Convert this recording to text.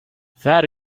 that